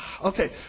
Okay